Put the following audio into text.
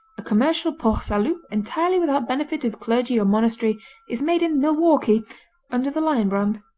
a commercial port-salut entirely without benefit of clergy or monastery is made in milwaukee under the lion brand.